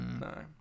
No